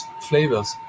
flavors